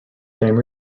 same